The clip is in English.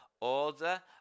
order